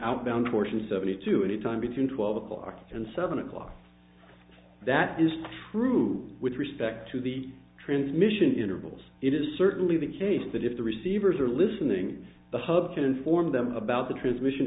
outbound fortune seventy two any time between twelve o'clock and seven o'clock if that is true with respect to the transmission intervals it is certainly the case that if the receivers are listening the hub can inform them about the transmission